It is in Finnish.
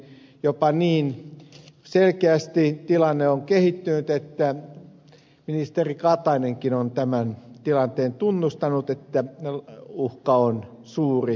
jopa niin selkeästi tilanne on kehittynyt että ministeri katainenkin on tämän tilanteen tunnustanut että uhka on suuri